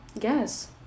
Yes